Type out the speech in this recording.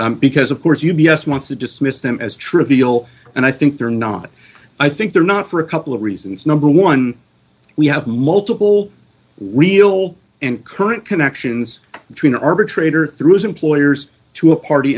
because of course u b s wants to dismiss them as trivial and i think they're not i think they're not for a couple of reasons number one we have multiple wheel and current connections between arbitrator through his employers to a party